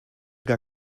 gar